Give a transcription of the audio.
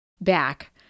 back